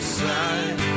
side